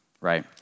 right